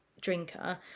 drinker